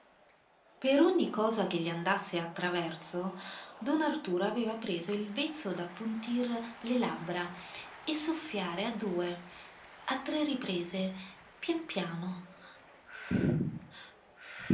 per ogni cosa che gli andasse attraverso don arturo aveva preso il vezzo d'appuntir le labbra e soffiare a due a tre riprese pian piano